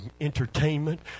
entertainment